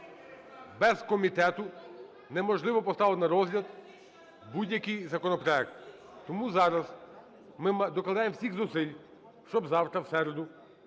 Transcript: без комітету неможливо поставити на розгляд будь-який законопроект. Тому зараз ми докладаємо всіх зусиль, щоби завтра в середу